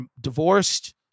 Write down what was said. divorced